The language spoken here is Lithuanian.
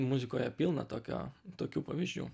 muzikoje pilna tokio tokių pavyzdžių